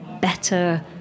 better